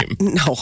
No